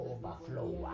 Overflow